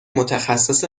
متخصص